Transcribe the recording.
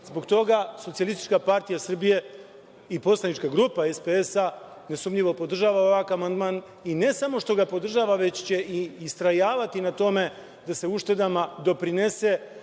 Odbora ne podrži. Zbog toga SPS i poslanička grupa SPS nesumnjivo podržava ovakav amandman, i ne samo što ga podržava, već će i istrajavati na tome da se uštedama doprinese